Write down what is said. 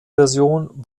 version